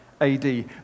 AD